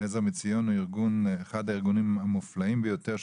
׳עזר מציון הוא אחד מהארגונים המופלאים ביותר,